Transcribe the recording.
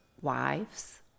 wives